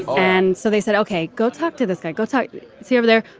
and so they said, ok, go talk to this guy, go talk. see over there.